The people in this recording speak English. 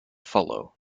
follow